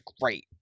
great